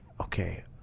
okay